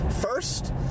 first